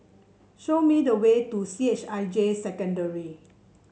show me the way to C H I J Secondary